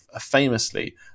famously